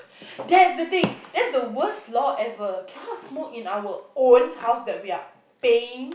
that's the thing that's the worst law every cannot smoke in our own house that we are paying